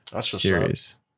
series